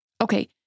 Okay